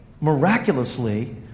miraculously